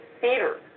theater